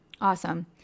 Awesome